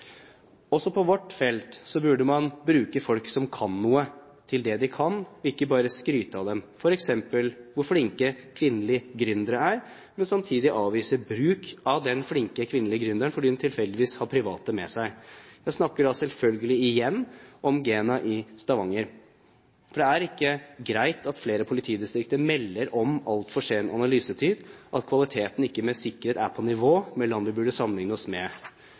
Også på vårt felt burde man bruke folk som kan noe, til det de kan, ikke bare skryte av f.eks. hvor flinke kvinnelige gründere er, men samtidig avvise bruk av den flinke kvinnelige gründeren fordi hun tilfeldigvis har private med seg. Jeg snakker da selvfølgelig igjen om GENA i Stavanger. Det er ikke greit at flere politidistrikter melder om altfor sen analysetid, og at kvaliteten ikke med sikkerhet er på nivå med land vi burde sammenlikne oss med.